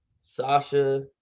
Sasha